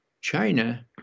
China